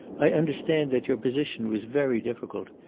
i understand that your position was very difficult.